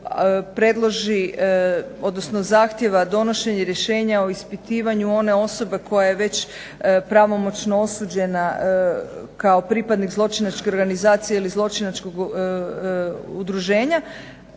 predloži, odnosno zahtijeva donošenje rješenja o ispitivanju one osobe koja je već pravomoćno osuđena kao pripadnik zločinačke organizacije ili zločinačkog udruženja,